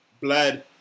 Blood